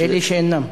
אלה שאינם.